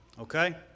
Okay